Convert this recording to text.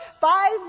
five